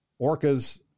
orcas